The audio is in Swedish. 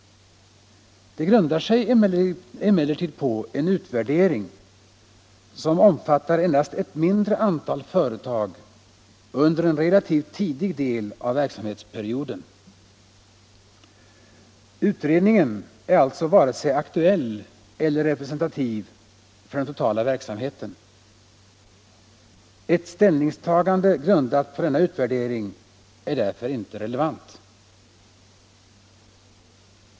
Det grundar sig emellertid på en utvärdering som omfattar endast ett mindre antal företag under en relativt tidig del av verksamhetsperioden. Utredningen är alltså varken aktuell eller representativ för den totala verksamheten. Ett ställningstagande grundat på denna ut värdering är därför inte relevant.